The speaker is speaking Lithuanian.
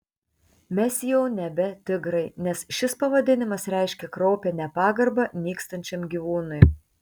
mes jau nebe tigrai nes šis pavadinimas reiškia kraupią nepagarbą nykstančiam gyvūnui